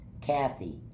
kathy